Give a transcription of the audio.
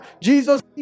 Jesus